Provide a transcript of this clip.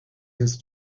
his